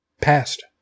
passed